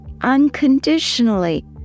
unconditionally